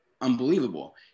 unbelievable